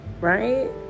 right